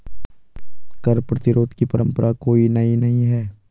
कर प्रतिरोध की परंपरा कोई नई नहीं है